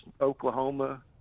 Oklahoma